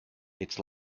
its